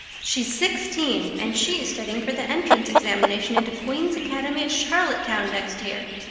she's sixteen and she's studying for the entrance examination into queen's academy at charlottetown next year.